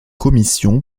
commission